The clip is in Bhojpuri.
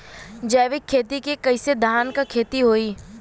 जैविक खेती से कईसे धान क खेती होई?